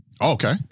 Okay